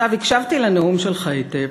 הקשבתי לנאום שלך היטב.